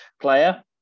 player